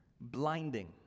blinding